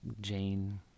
Jane